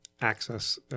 access